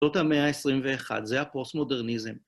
זאת המאה ה-21, זה הפוסט-מודרניזם.